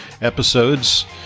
episodes